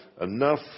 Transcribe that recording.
enough